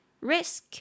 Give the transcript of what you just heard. Risk